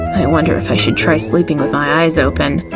i wonder if i should try sleeping with my eyes open.